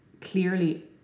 clearly